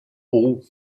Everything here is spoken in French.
roux